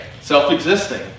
Self-existing